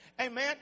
Amen